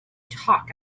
talk